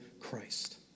Christ